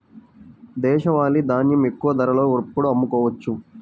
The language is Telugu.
దేశవాలి ధాన్యం ఎక్కువ ధరలో ఎప్పుడు అమ్ముకోవచ్చు?